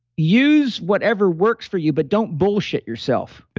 use whatever works for you, but don't bullshit yourself.